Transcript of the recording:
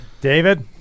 David